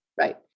right